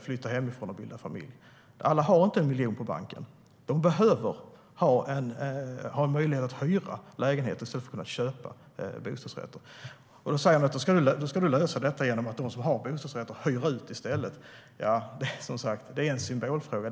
flytta hemifrån och bilda familj. Alla har inte 1 miljon på banken. De behöver ha möjlighet att hyra lägenhet i stället för att köpa bostadsrätt. Det ska Fredrik Schulte då lösa genom att de som har en bostadsrätt i stället hyr ut den. Det är som sagt en symbolfråga.